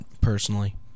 personally